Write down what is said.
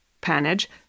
panage